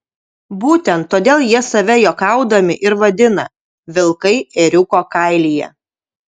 būtent todėl jie save juokaudami ir vadina vilkai ėriuko kailyje